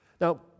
Now